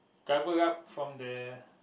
cover up from the